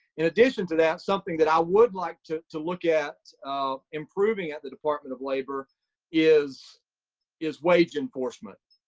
in addition to that, something that i would like to to look at improving at the department of labor is is wage enforcement.